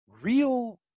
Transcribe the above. real